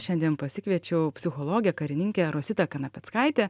šiandien pasikviečiau psichologę karininkę rositą kanapeckaitę